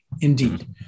indeed